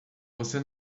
você